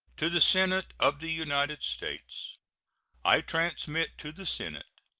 to the senate of the united states i transmit to the senate,